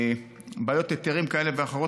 בעיות היתרים כאלה ואחרות.